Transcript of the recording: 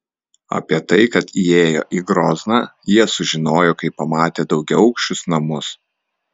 apie tai kad įėjo į grozną jie sužinojo kai pamatė daugiaaukščius namus